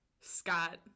Scott